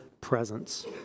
presence